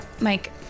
Mike